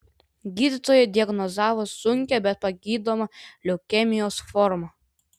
gydytojai diagnozavo sunkią bet pagydomą leukemijos formą